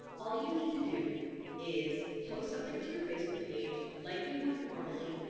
all you need to do is, post something to your facebook page, like you would normally.